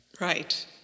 Right